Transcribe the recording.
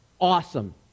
awesome